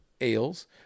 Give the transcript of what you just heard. ales